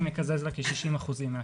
אני מקזז לה כ-60% מהקיצבה.